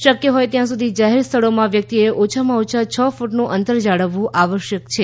શક્ય હોય ત્યાં સુધી જાહેર સ્થળોમાં વ્યક્તિએ ઓછામાં ઓછા છ ફૂટનું અંતર જાળવવું આવશ્યક છે